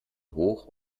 hoch